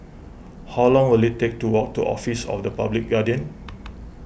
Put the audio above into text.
how long will it take to walk to Office of the Public Guardian